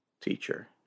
teacher